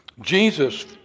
Jesus